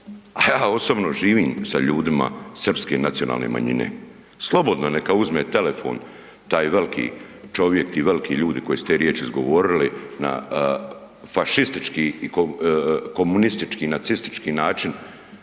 a ja osobno živim sa ljudima srpske nacionalne manjine. Slobodno neka uzme telefon taj veliki čovjek i veliki ljudi koje su te riječi izgovorili na fašistički i komunistički, nacistički način